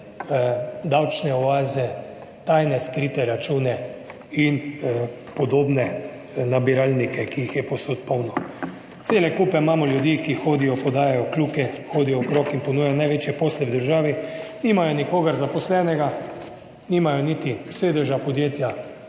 davčne oaze, tajne skrite račune in podobne nabiralnike, ki jih je povsod polno. Cele kupe imamo ljudi, ki hodijo, podajajo kljuke, hodijo okrog in ponujajo največje posle v državi. Nimajo nikogar zaposlenega, nimajo niti sedeža podjetja,